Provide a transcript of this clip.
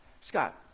Scott